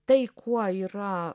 tai kuo yra